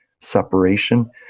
separation